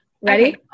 Ready